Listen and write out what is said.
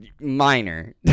minor